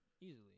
easily